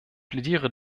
plädiere